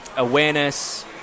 awareness